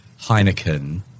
Heineken